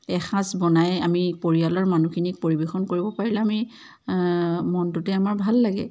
এসাঁজ বনাই আমি পৰিয়ালৰ মানুহখিনিক পৰিৱেশন কৰিব পাৰিলে আমি মনটোতে আমাৰ ভাল লাগে